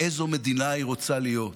איזו מדינה היא רוצה להיות?